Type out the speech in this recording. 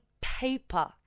paper